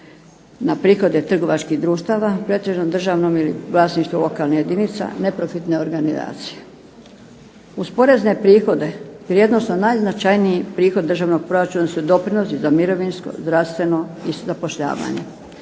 na prihode trgovačkih društava u pretežnom državnom vlasništvu lokalnih jedinica, neprofitne organizacije. Uz porezne prihode vrijednosno najznačajniji prihod državnog proračuna su doprinosi za mirovinsko, zdravstveno i zapošljavanje.